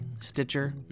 Stitcher